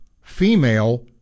female